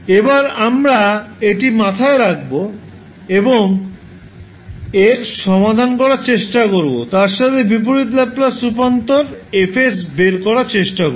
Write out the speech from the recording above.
এবার আমরা এটি মাথায় রাখব এবং এর সমাধান করার চেষ্টা করব তার সাথে বিপরীত ল্যাপ্লাস রূপান্তর F বের করার চেষ্টা করব